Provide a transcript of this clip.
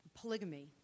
polygamy